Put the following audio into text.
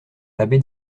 abbé